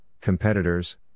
competitors